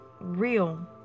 real